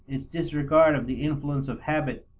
its disregard of the influence of habit,